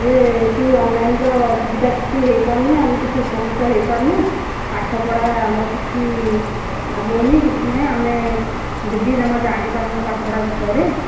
ଯେ ଏଠି ଅନଲାଇନର ସୁବିଧା କିଛି ହେଇପାରୁନି ଆମେ କିଛି ଉପକୃତ ହେଇପାରୁନୁ ପାଠପଢ଼ା ଆମର କିଛି ଆଗୋଉନି କିଛି ନାଇଁ ଆମେ ଦିଦି ଜମା ଜାଣିପାରୁନୁ ପାଠପଢ଼ା ବିଷୟରେ